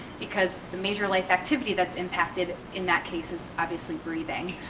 because the major life activity that's impacted in that case is obviously breathing.